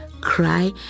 cry